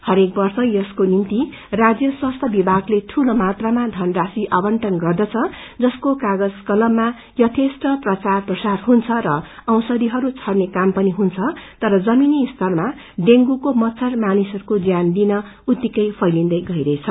हरेक वर्ष यसको निम्ति राज्य स्वास्यि विभागले ठूलो मात्रामा धनराशिआवंटन गद्रछ जसको कागज कलममा यथेष्ट प्रचार प्रसार हुन्छ र ओषधिहरू छर्ने काम पनि हुन्छ तर जमीनी स्तरमा ड़ेंगूको मच्छर मानिसहरूको ज्यान लिन उत्तिकै फैलिन्दै जान्छ